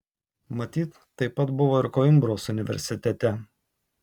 matyt taip pat buvo ir koimbros universitete